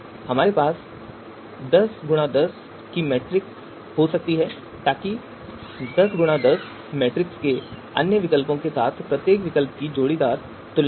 तो हमारे पास 10x10 मैट्रिक्स हो सकता है ताकि दस क्रॉस दस मैट्रिक्स में अन्य विकल्पों के साथ प्रत्येक विकल्प की जोड़ीदार तुलना हो